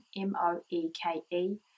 M-O-E-K-E